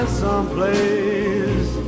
someplace